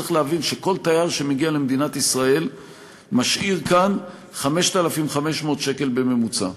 צריך להבין שכל תייר שמגיע למדינת ישראל משאיר כאן 5,500 שקל בממוצע,